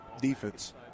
defense